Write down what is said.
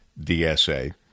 DSA